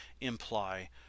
imply